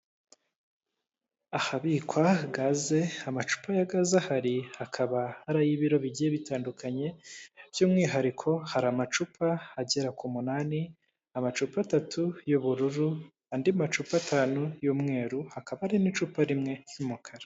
Ahabikwa gaze amacupa ya gaze ahari hakaba hari ay'ibiro bigiye bitandukanye by'umwihariko hari amacupa agera ku munani amacupa atatu y'ubururu andi macupa atanu y'umweru hakaba hari n'icupa rimwe ry'umukara.